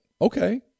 okay